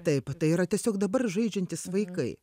taip tai yra tiesiog dabar žaidžiantys vaikai